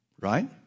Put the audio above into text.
Right